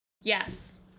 yes